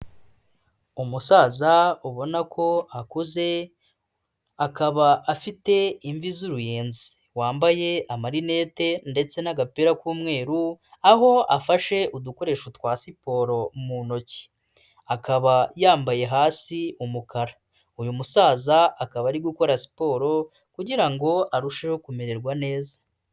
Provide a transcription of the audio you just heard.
Umusaza ubona ko akuze akaba afite imvi z'uruyenzi wambaye amarinete ndetse n'agapira k'umweru aho afashe udukoresho twa siporo mu ntoki, akaba yambaye hasi umukara uyu musaza akaba ari gukora siporo kugirango arusheho kumererwa neza.